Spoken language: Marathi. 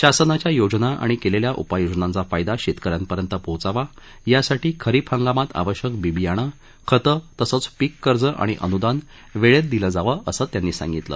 शासनाच्या योजना आणि केलेल्या उपाययोजनांचा फायदा शेतक यांपर्यंत पोहचावा यासाठी खरिप हंगामात आवश्यक बी बियाणं खतं तसंच पीककर्ज आणि अन्दान वेळेत दिलं जावं असं त्यांनी सांगितलं